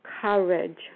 courage